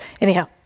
Anyhow